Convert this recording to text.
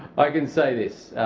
i can say this,